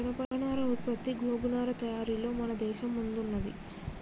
జనపనార ఉత్పత్తి గోగు నారా తయారీలలో మన దేశం ముందున్నది